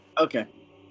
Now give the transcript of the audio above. Okay